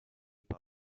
par